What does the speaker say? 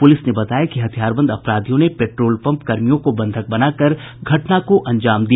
police ने बताया कि हथियारबंद अपराधियों ने पेट्रोल पंप कर्मियों को बंधक बनाकर घटना को अंजाम दिया